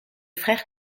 frères